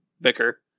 bicker